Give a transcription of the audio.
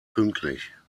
pünktlich